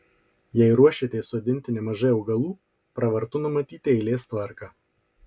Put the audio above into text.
jei ruošiatės sodinti nemažai augalų pravartu numatyti eilės tvarką